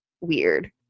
weird